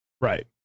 Right